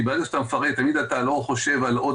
כי ברגע שאתה מפרט אתה לא חושב על עוד